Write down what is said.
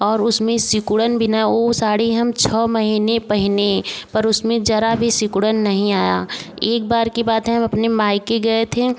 और उसमें सिकुड़न भी ना ओ साड़ी हम छ महीने पहने पर उसमें ज़रा भी सिकुड़न नहीं आया एक बार की बात है हम अपने मायके गए थे